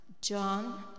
John